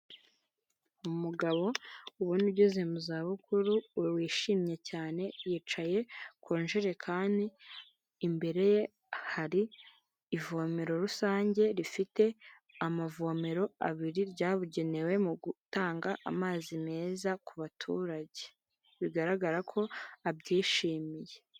Umugabobona ugeze mu za bukuru we wishimye cyane yicaye ku njerekani imbere ye hari ivomero rusange rifite amavomero abiri ryabugenewe mu gutanga amazi meza ku abaturage, bigaragara ko abyishimiye.